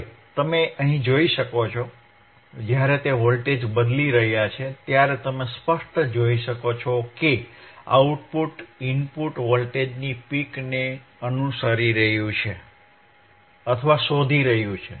હવે તમે અહીં જોઈ શકો છો જ્યારે તે વોલ્ટેજ બદલી રહ્યો છે ત્યારે તમે સ્પષ્ટપણે જોઈ શકો છો કે આઉટપુટ ઇનપુટ વોલ્ટેજની પીકને અનુસરી રહ્યું છે અથવા શોધી રહ્યું છે